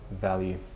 value